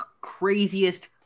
craziest